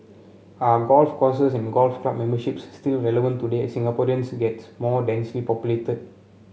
are golf courses and golf club memberships still relevant today as Singaporeans gets more densely populated